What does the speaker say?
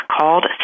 called